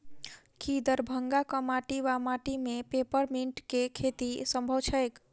की दरभंगाक माटि वा माटि मे पेपर मिंट केँ खेती सम्भव छैक?